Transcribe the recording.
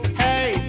hey